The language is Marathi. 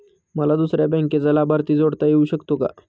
मला दुसऱ्या बँकेचा लाभार्थी जोडता येऊ शकतो का?